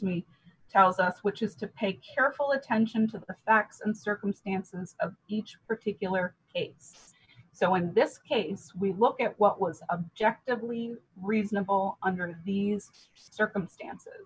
me tells us which is to pay careful attention to the facts and circumstances of each particular case so in this case we look at what was objective leave reasonable under these circumstances